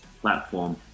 platform